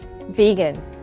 vegan